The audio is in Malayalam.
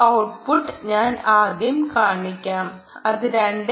അതിനാൽ ഈ ഔട്ട്പുട്ട് ഞാൻ ആദ്യം കാണിക്കാം അത് 2